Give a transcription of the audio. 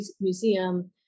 Museum